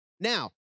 Now